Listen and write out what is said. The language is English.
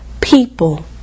people